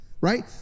right